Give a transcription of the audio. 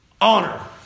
honor